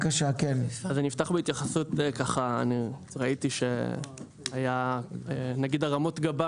אפתח בהתייחסות ראיתי שהיו הרמות גבה